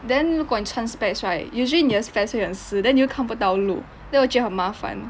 then 如果你穿 specs right usually 你的 specs 会很湿 then 你会看不到路 then 我觉得很麻烦